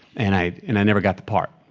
and i and i never got the part.